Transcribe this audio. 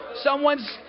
Someone's